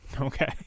Okay